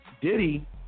Diddy